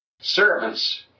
servants